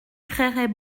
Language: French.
créerait